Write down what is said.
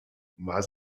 war